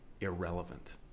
irrelevant